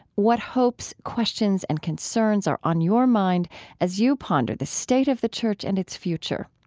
what hopes, questions, and concerns are on your mind as you ponder the state of the church and its future?